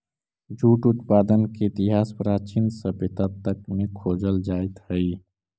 jute उत्पादन के इतिहास प्राचीन सभ्यता तक में खोजल जाइत हई